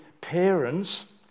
parents